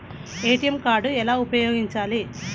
ATM card ఎలా ఉపయోగించాలి?